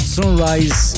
Sunrise